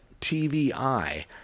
TVI